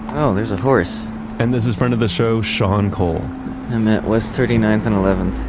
oh there's a horse and this is friend of the show, sean cole. and that was thirty-ninth and eleventh